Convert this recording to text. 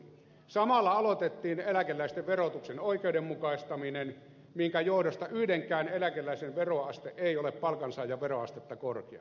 samalla aloitettiin eläkeläisten verotuksen oikeudenmukaistaminen minkä johdosta yhdenkään eläkeläisen veroaste ei ole palkansaajan veroastetta korkeampi